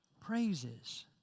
praises